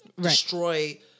destroy